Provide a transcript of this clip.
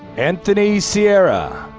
anthony sierra.